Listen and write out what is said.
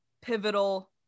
pivotal